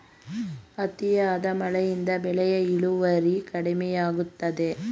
ಅತಿಯಾದ ಮಳೆಯಿಂದ ಬೆಳೆಯ ಇಳುವರಿ ಕಡಿಮೆಯಾಗುತ್ತದೆ